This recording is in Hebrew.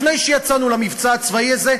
לפני שיצאנו למבצע הצבאי הזה.